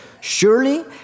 Surely